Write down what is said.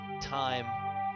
time